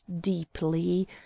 deeply